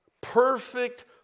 perfect